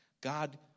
god